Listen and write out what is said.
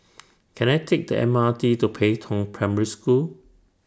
Can I Take The M R T to Pei Tong Primary School